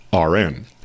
RN